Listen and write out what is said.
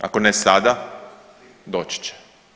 Ako ne sada, doći će.